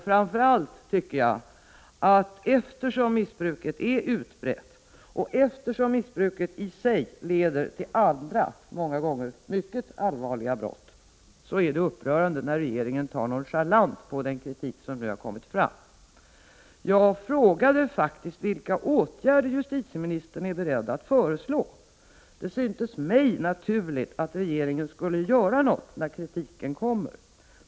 Framför allt tycker jag att eftersom missbruket är utbrett och eftersom missbruket i sig leder till andra, många gånger mycket allvarliga brott, är det upprörande när regeringen tar nonchalant på den kritik som nu har kommit fram. Jag frågade faktiskt vilka åtgärder justitieministern är beredd att föreslå. Det syntes mig naturligt att regeringen skulle göra något när kritiken kommer.